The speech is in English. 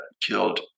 killed